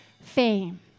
fame